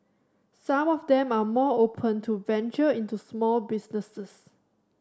some of them are more open to venture into small businesses